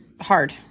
hard